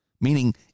meaning